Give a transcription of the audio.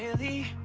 yeah the